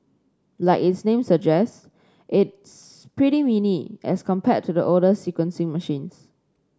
like its name suggests it's pretty mini as compared to the older sequencing machines